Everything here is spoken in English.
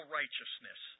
righteousness